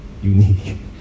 Unique